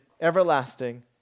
everlasting